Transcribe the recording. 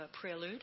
Prelude